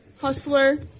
Hustler